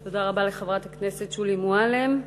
תודה רבה לחברת הכנסת שולי מועלם.